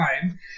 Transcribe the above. time